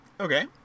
Okay